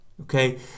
Okay